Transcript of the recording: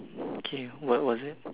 K what was it